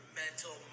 mental